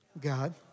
God